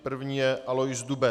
První je Alois Dube.